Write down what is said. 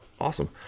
Awesome